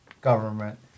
government